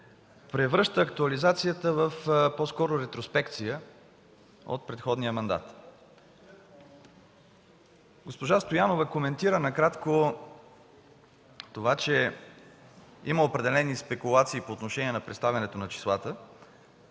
превръща актуализацията по-скоро в ретроспекция от предходния мандат. Госпожа Стоянова коментира накратко това, че има определени спекулации по отношение на представянето на числата,